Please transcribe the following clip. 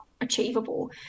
achievable